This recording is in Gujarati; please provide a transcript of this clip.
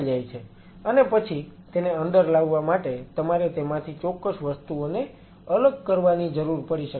અને પછી તેને અંદર લાવવા માટે તમારે તેમાંથી ચોક્કસ વસ્તુઓને અલગ કરવાની જરૂર પડી શકે છે